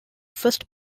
first